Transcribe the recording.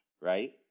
right